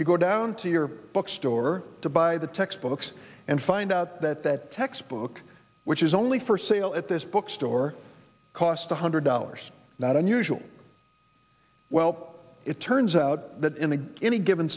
you go down to your book store to buy the textbooks and find out that that textbook which is only for sale at this bookstore cost one hundred dollars not unusual well it turns out that in the any given